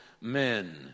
men